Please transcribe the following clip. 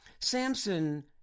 Samson